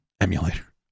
emulator